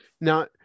now